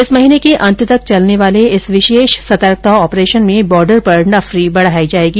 इस महीने के अंत तक चलने वाले इस विशेष सतर्कता ऑपरेशन में बॉर्डर पर नफरी बढ़ाई जाएगी